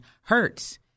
hurts